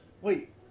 Wait